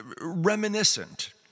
reminiscent